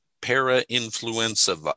para-influenza